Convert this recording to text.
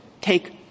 take